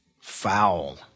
foul